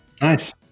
Nice